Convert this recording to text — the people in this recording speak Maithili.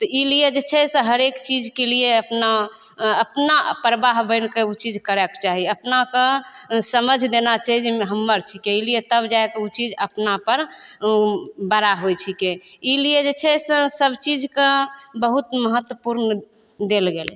तऽ ई लिए जे छै से हरेक चीजके लिए अपना अपना परवाह बनिके उ चीज करयके चाही अपनाके समझ देना चाही जे ई हम्मर छीकै अइ लिए तब जाइके उ चीज अपनापर बड़ा होइ छीकै ई लिये जे छै से सब चीजके बहुत महत्वपूर्ण देल गेलय